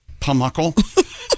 Pumuckle